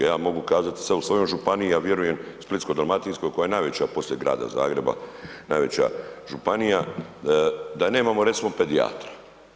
Ja mogu kazati sada u svojoj županiji, a vjerujem u Splitsko dalmatinskoj koja je najveća poslije Grada Zagreba, najveća županija, da nemamo recimo pedijatra.